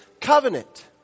covenant